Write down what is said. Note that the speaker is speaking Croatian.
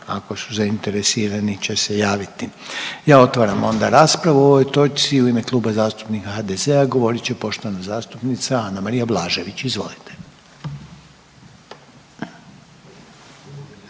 ako su zainteresirani će se javiti. Ja otvaram onda raspravu o ovoj točci i u ime Kluba zastupnika HDZ-a govorit će poštovana zastupnica Anamarija Blažević. Izvolite.